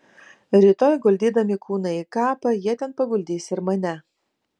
rytoj guldydami kūną į kapą jie ten paguldys ir mane